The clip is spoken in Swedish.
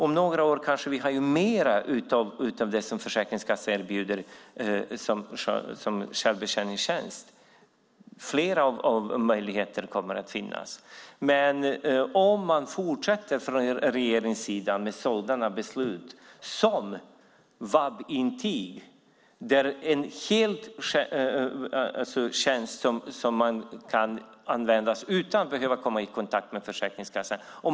Om några år kanske vi har mer av det som Försäkringskassan erbjuder som självbetjäningstjänst. Fler möjligheter kommer att finnas. Men man kanske fortsätter från regeringens sida med sådana här polisbeslut, höll jag på att säga, som det om VAB-intyg. Det är en tjänst som kan användas utan att behöva komma i kontakt med Försäkringskassan.